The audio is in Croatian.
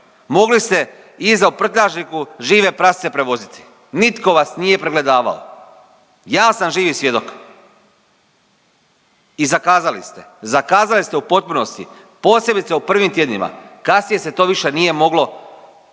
Mogli ste iza u prtljažniku žive prasce prevoziti nitko vas nije pregledavao, ja sam živi svjedok i zakazali ste, zakazali ste u potpunosti posebice u prvim tjednima, kasnije se to više nije moglo zaustaviti.